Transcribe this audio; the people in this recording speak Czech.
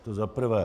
To za prvé.